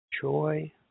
joy